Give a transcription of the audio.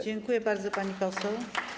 Dziękuję bardzo, pani poseł.